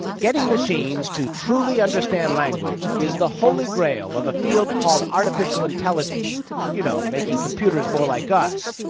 getting machines to truly understand language is the holy grail of a field called artificial intelligence you know, making computers more like us.